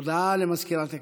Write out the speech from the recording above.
הודעה למזכירת הכנסת.